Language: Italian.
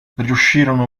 riuscirono